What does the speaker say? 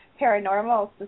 Paranormal